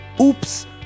Oops